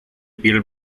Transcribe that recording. piel